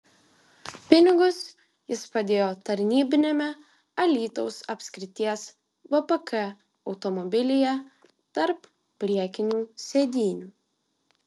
pinigus jis padėjo tarnybiniame alytaus apskrities vpk automobilyje tarp priekinių sėdynių